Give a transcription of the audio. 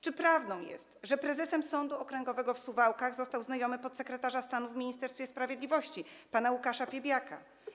Czy prawdą jest, że prezesem Sądu Okręgowego w Suwałkach został znajomy podsekretarza stanu w Ministerstwie Sprawiedliwości pana Łukasza Piebiaka?